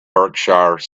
berkshire